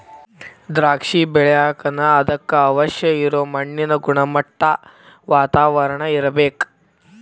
ದ್ರಾಕ್ಷಿ ಬೆಳಿಯಾಕನು ಅದಕ್ಕ ಅವಶ್ಯ ಇರು ಮಣ್ಣಿನ ಗುಣಮಟ್ಟಾ, ವಾತಾವರಣಾ ಇರ್ಬೇಕ